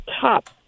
top